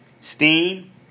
Steam